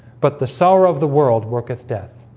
but the sorrow of the world worketh death